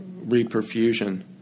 reperfusion